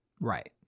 Right